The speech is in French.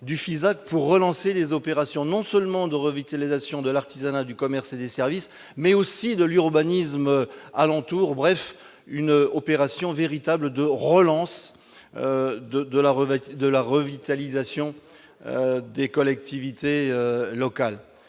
pour relancer les opérations non seulement de revitalisation de l'artisanat, du commerce et des services, mais aussi de l'urbanisme alentour, bref une opération véritable de relance de de la revue de la revitalisation des collectivités locales,